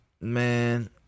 Man